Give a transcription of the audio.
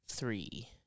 Three